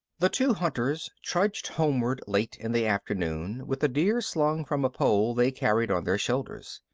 the two hunters trudged homeward late in the afternoon, with a deer slung from a pole they carried on their shoulders.